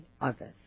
others